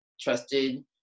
trusted